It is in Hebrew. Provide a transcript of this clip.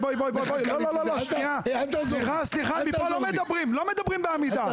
לא מדברים בעמידה.